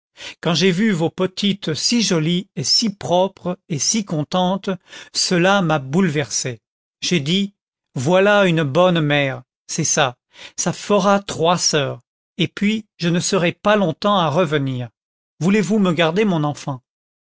quand j'ai vu vos petites si jolies et si propres et si contentes cela m'a bouleversée j'ai dit voilà une bonne mère c'est ça ça fera trois soeurs et puis je ne serai pas longtemps à revenir voulez-vous me garder mon enfant